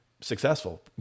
successful